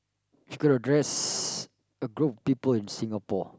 if you could address a group of people in Singapore